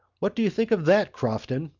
what do you think of that, crofton?